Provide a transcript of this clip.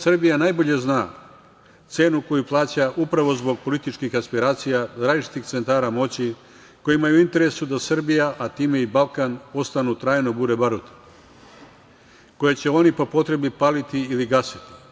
Srbija najbolje zna cenu koju plaća upravo zbog političkih aspiracija različitih centara moći kojima je u interesu da Srbija, a time i Balkan ostanu trajno bure baruta, a koji će oni po potrebi paliti ili gasiti.